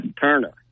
Turner